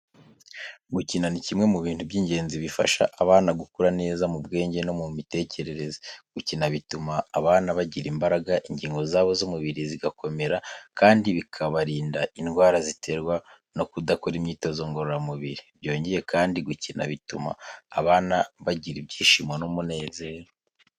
Gukina ni kimwe mu bintu by'ingenzi bifasha abana gukura neza mu bwenge no mu mitekerereze. Gukina bituma abana bagira imbaraga, ingingo zabo z'umubiri zigakomera kandi bikabarinda indwara ziterwa no kudakora imyitozo ngororamubiri. Byongeye kandi gukina bituma abana bagira ibyishimo n'umunezero.